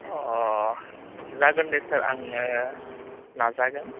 अह जागोन दे सार आङो नाजागोन